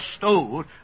bestowed